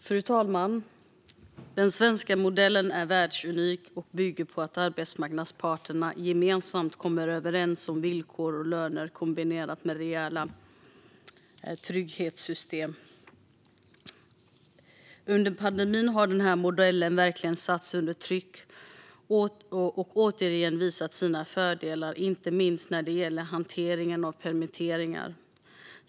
Fru talman! Den svenska modellen är världsunik och bygger på att arbetsmarknadens parter gemensamt kommer överens om villkor och löner, kombinerat med rejäla trygghetssystem. Under pandemin har denna modell verkligen satts under tryck och återigen visat sina fördelar, inte minst när det gäller hanteringen av permitteringar.